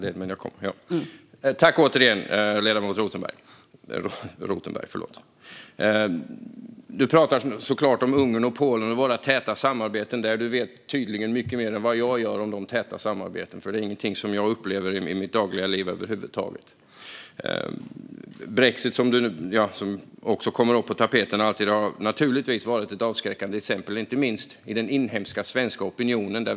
Fru talman! Tack återigen, ledamot Rothenberg! Du talar om Ungern och Polen och våra täta samarbeten med dem. Du vet tydligen mycket mer än vad jag gör om dessa täta samarbeten. Det är inget som jag över huvud taget upplever i mitt dagliga liv. Brexit, som också alltid är uppe på tapeten, har naturligtvis varit ett avskräckande exempel, inte minst i den inhemska svenska opinionen.